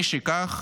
משכך,